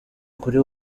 kuri